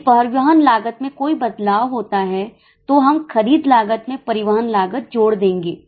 यदि परिवहन लागत में कोई बदलाव होता है तो हम खरीद लागत में परिवहन लागत जोड़ देंगे